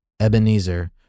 Ebenezer